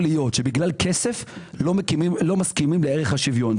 שבגלל כסף לא מסכימים לערך השוויון.